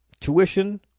Tuition